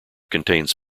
contains